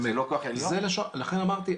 לכן אמרתי,